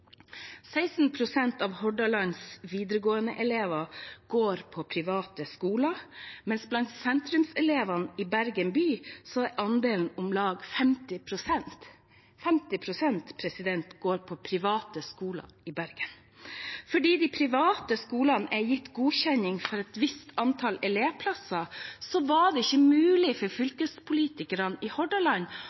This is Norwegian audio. av Hordalands videregåendeelever går på private skoler, mens blant sentrumselevene i Bergen by er andelen om lag 50 pst. – 50 pst. går på private skoler i Bergen. Fordi de private skolene er gitt godkjenning for et visst antall elevplasser, var det ikke mulig for fylkespolitikerne i Hordaland